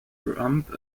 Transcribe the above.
rump